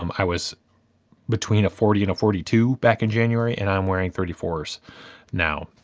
um i was between a forty and a forty two back in january, and i'm wearing thirty four s now.